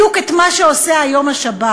לעשות בדיוק את מה שעושה היום השב"כ?